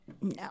no